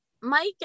Mike